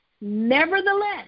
Nevertheless